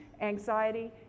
anxiety